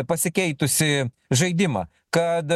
pasikeitusį žaidimą kad